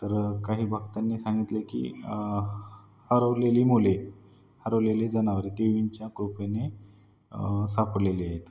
तर काही भक्तांनी सांगितले की हरवलेली मुले हरवलेले जनावरे देवींच्या कृपने सापडलेली आहेत